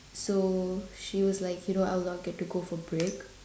so she was like you know I will not get to go for break